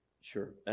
Sure